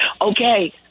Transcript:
Okay